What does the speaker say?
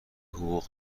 حقوق